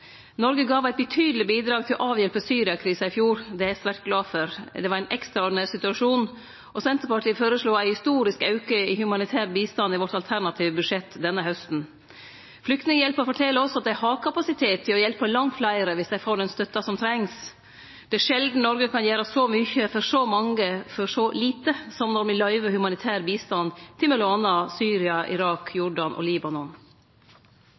Noreg gav eit betydeleg bidrag til å avhjelpe Syria-krisa i fjor. Det er eg svært glad for. Det var ein ekstraordinær situasjon, og Senterpartiet føreslo ein historisk auke i humanitær bistand i sitt alternative budsjett denne hausten. Flyktninghjelpen fortel òg at dei har kapasitet til å hjelpe langt fleire dersom dei får den støtta som trengst. Det er sjeldan Noreg kan gjere så mykje for så mange for så lite som når me løyver humanitær bistand til m.a. Syria, Irak, Jordan og Libanon.